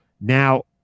Now